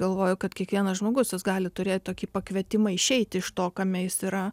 galvoju kad kiekvienas žmogus jis gali turėt tokį pakvietimą išeit iš to kame jis yra